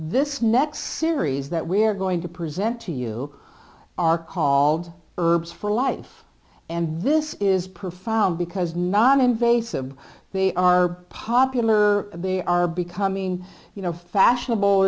this next series that we're going to present to you are called herbs for life and this is profound because noninvasive they are popular b are becoming you know fashionable